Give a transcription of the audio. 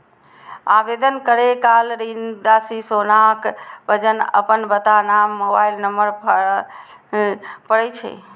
आवेदन करै काल ऋण राशि, सोनाक वजन, अपन पता, नाम, मोबाइल नंबर भरय पड़ै छै